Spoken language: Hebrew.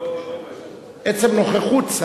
עצם נוכחות שר.